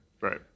Right